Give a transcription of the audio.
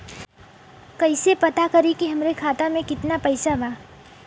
कइसे पता करि कि हमरे खाता मे कितना पैसा बा?